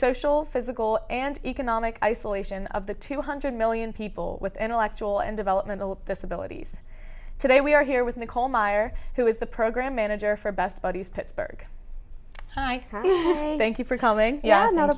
social physical and economic isolation of the two hundred million people with intellectual and developmental disabilities today we are here with nicole meyer who is the program manager for best buddies pittsburgh hi thank you for coming